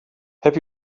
heb